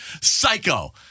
Psycho